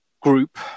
group